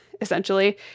essentially